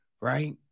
right